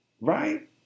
Right